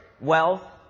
wealth